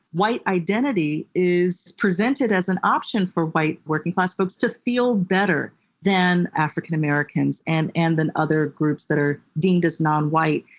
white identity is presented as an option for white working-class folks to feel better than african-americans and and then other groups that are deemed as non-white.